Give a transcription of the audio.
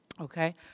okay